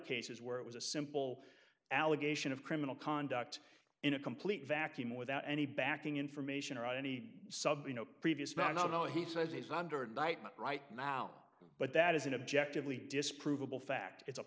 cases where it was a simple allegation of criminal conduct in a complete vacuum without any backing information or any sub previous not know he says he's under indictment right now but that is an objective lee disprovable fact it's a